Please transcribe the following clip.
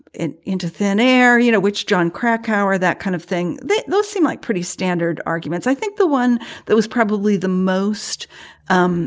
and into thin air, you know, which jon krakauer, that kind of thing. those seem like pretty standard arguments. i think the one that was probably the most um